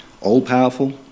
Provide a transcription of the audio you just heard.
all-powerful